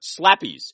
slappies